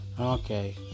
Okay